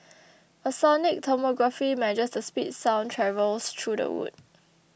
a sonic tomography measures the speed sound travels through the wood